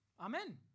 amen